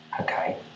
okay